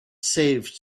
saved